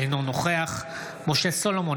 אינו נוכח משה סולומון,